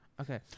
Okay